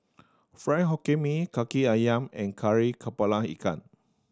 Fried Hokkien Mee Kaki Ayam and Kari Kepala Ikan